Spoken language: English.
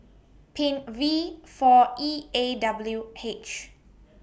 Pin V four E A W H